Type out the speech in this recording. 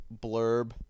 blurb